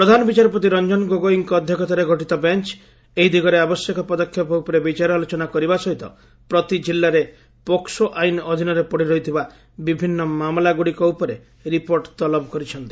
ପ୍ରଧାନ ବିଚାରପତି ରଞ୍ଜନ ଗୋଗୋଇଙ୍କ ଅଧ୍ୟକ୍ଷତାରେ ଗଠିତ ବେଞ୍ ଏହି ଦିଗରେ ଆବଶ୍ୟକ ପଦକ୍ଷେପ ଉପରେ ବିଚାର ଆଲୋଚନା କରିବା ସହିତ ପ୍ରତି କିଲ୍ଲାରେ ପୋକ୍ସୋ ଆଇନ୍ ଅଧୀନରେ ପଡ଼ିରହିଥିବା ବିଭିନ୍ନ ମାମଲାଗୁଡ଼ିକ ଉପରେ ରିପୋର୍ଟ ତଲବ କରିଛନ୍ତି